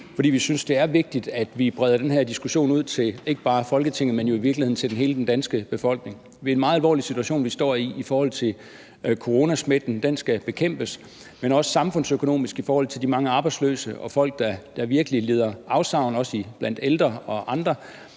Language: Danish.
For vi synes, det er vigtigt, at vi breder den her diskussion ud, ikke bare til Folketinget, men jo i virkeligheden til hele den danske befolkning. Det er en meget alvorlig situation, vi står i i forhold til coronasmitten – den skal bekæmpes – men også samfundsøkonomisk i forhold til de mange arbejdsløse og folk, der virkelig lider afsavn, også blandt ældre og andre,